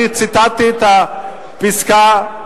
אני ציטטתי את הפסקה,